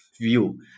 view